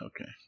Okay